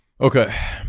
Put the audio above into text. Okay